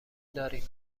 داریم